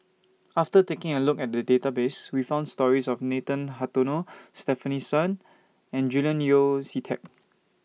after taking A Look At The Database We found stories of Nathan Hartono Stefanie Sun and Julian Yeo See Teck